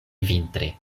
vintre